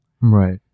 Right